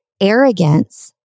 arrogance